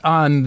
on